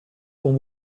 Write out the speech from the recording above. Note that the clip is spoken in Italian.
con